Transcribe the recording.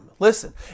Listen